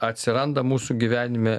atsiranda mūsų gyvenime